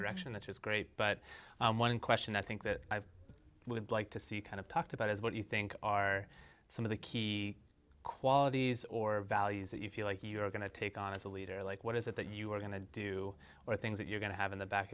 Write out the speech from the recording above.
direction that is great but one question i think that i would like to see you kind of talked about is what you think are some of the key qualities or values that you feel like you're going to take on as a leader like what is it that you're going to do or things that you're going to have in the back